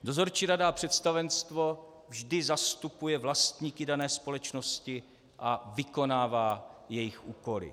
Dozorčí rada a představenstvo vždy zastupuje vlastníky dané společnosti a vykonává jejich úkoly.